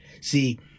See